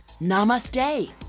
Namaste